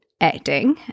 acting